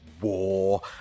war